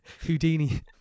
Houdini